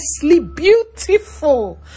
beautiful